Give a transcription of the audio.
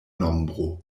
nombro